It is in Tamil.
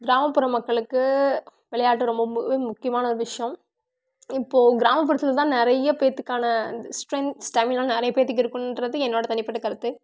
கிராமப்புற மக்களுக்கு விளையாட்டு ரொம்பவே முக்கியமான ஒரு விஷயம் இப்போ கிராமப்புறத்தில் தான் நிறைய பேர்த்துக்கான அந்த ஸ்ட்ரென்த் ஸ்டாமினா நிறைய பேர்த்துக்கு இருக்கின்றது என்னோடயா தனிப்பட்ட கருத்து